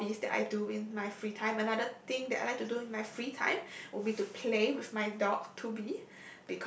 hobbies that I do in my free time another thing that I like to do in my free time will be to play with my dog Toby